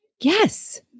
Yes